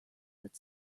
but